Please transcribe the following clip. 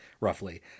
roughly